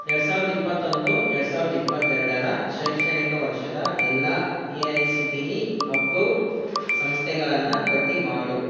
ಎರಡು ಸಾವಿರದ ಇಪ್ಪತ್ತೊಂದು ಎರಡು ಸಾವಿರದ ಇಪ್ಪತ್ತೆರಡರ ಶೈಕ್ಷಣಿಕ ವರ್ಷದ ಎಲ್ಲ A I C T E approved ಸಂಸ್ಥೆಗಳನ್ನು ಪಟ್ಟಿ ಮಾಡು